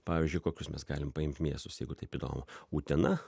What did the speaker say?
pavyzdžiui kokius mes galim paimt miestus jeigu taip įdomu utena